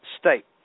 state